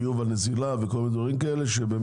חיוב הנזילה ודברים כאלה.